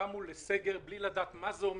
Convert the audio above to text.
קמו לסגר בלי לדעת מה זה אומר,